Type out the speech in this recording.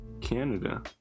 Canada